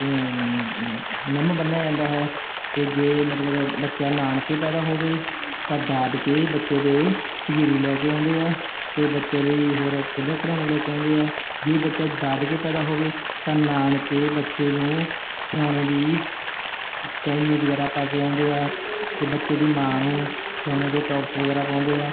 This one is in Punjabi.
ਨਿੰਮ ਬੰਨ੍ਹਿਆ ਜਾਂਦਾ ਹੈ ਅਤੇ ਜੇ ਮਤਲਬ ਬੱਚਾ ਨਾਨਕੇ ਪੈਦਾ ਹੋਵੇ ਤਾਂ ਦਾਦਕੇ ਬੱਚੇ ਦੇ ਪੰਜੀਰੀ ਲੈ ਕੇ ਆਉਂਦੇ ਆ ਅਤੇ ਬੱਚੇ ਲਈ ਹੋਰ ਖੇਡਾਂ ਖਿਡੌਣੇ ਲੈ ਕੇ ਆਉਂਦੇ ਆ ਜੇ ਬੱਚਾ ਦਾਦਕੇ ਪੈਦਾ ਹੋਵੇ ਤਾਂ ਨਾਨਕੇ ਬੱਚੇ ਨੂੰ ਸੋਨੇ ਦੀ ਚੈਨੀ ਵਗੈਰਾ ਪਾ ਕੇ ਆਉਂਦੇ ਆ ਅਤੇ ਬੱਚੇ ਦੀ ਮਾਂ ਨੂੰ ਸੋਨੇ ਦੇ ਟੋਕਸ ਵਗੈਰਾ ਪਾਉਂਦੇ ਆ